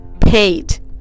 paid